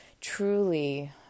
truly